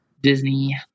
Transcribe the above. Disney